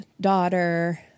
daughter